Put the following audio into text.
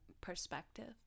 perspective